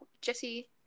Jesse